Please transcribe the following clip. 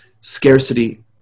scarcity